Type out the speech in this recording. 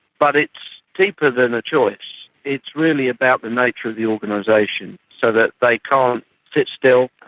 but it's deeper than a choice it's really about the nature of the organisation. so that they can't sit still,